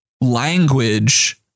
language